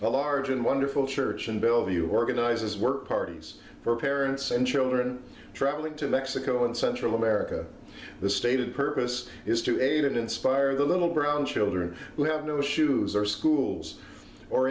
large and wonderful church and bill view organizes work parties for parents and children traveling to mexico and central america the stated purpose is to aid and inspire the little brown children who have no shoes or schools or